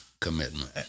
commitment